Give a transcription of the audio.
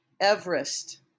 Everest